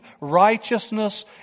righteousness